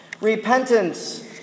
Repentance